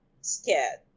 scared